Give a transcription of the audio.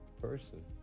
person